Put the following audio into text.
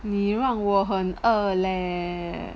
你让我很饿 leh